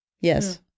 Yes